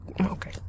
Okay